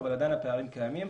אבל עדיין הפערים קיימים,